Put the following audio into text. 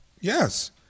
Yes